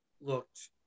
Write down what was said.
looked